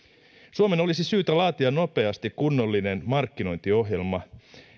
suomen olisi syytä laatia nopeasti kunnollinen markkinointiohjelma